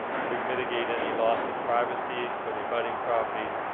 to mitigate any loss of privacy for the abutting properties,